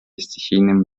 стихийным